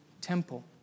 temple